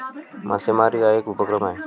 मासेमारी हा एक उपक्रम आहे